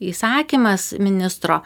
įsakymas ministro